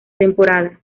temporada